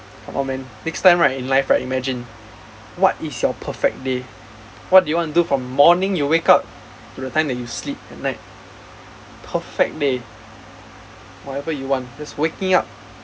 come on man next time right in life right imagine what is your perfect day what do you want to do from morning you wake up to the time that you sleep at night perfect day whatever you want just waking up